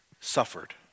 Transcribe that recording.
suffered